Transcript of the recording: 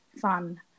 fun